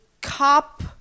cop